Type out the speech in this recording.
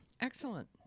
excellent